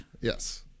Yes